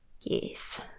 Yes